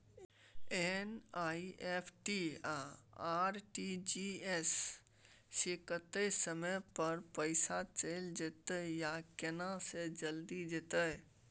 NEFT आ RTGS स कत्ते समय म पैसा चैल जेतै आ केना से जल्दी जेतै?